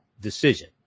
decision